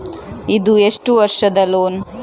ಇದು ಎಷ್ಟು ವರ್ಷದ ಲೋನ್?